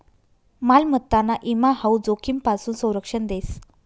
मालमत्ताना ईमा हाऊ जोखीमपासून संरक्षण देस